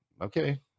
Okay